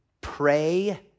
pray